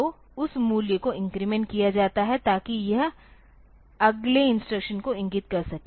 तो उस मूल्य को इन्क्रीमेंट किया जाता है ताकि यह अगले इंस्ट्रक्शन को इंगित कर सके